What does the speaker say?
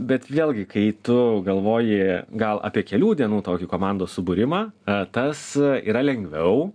bet vėlgi kai tu galvoji gal apie kelių dienų tokį komandos subūrimą tas yra lengviau